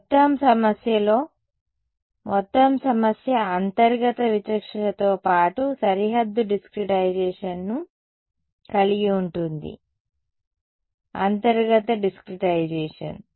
మొత్తం సమస్యలో మొత్తం సమస్య అంతర్గత విచక్షణతో పాటు సరిహద్దు డిస్క్రటైజేషన్ ను కలిగి ఉంటుంది అంతర్గత డిస్క్రటైజేషన్